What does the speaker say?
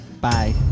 Bye